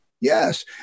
Yes